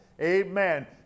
Amen